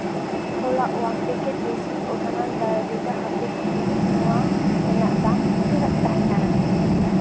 ᱦᱚᱞᱟ ᱚᱣᱟᱱ ᱯᱮᱠᱮᱴ ᱫᱮᱥᱤ ᱩᱴᱷᱟᱱᱟ ᱰᱟᱭᱳᱵᱤᱴᱟ ᱦᱟᱨᱵᱮᱞ ᱴᱤ ᱱᱚᱣᱟ ᱨᱮᱱᱟᱜ ᱫᱟᱢ ᱛᱤᱱᱟᱹᱜ ᱛᱟᱦᱮᱸ ᱠᱟᱱᱟ